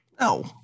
No